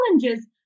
challenges